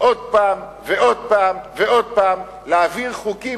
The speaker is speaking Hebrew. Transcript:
עוד פעם ועוד פעם ועוד פעם להעביר חוקים